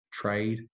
Trade